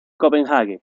copenhague